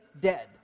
dead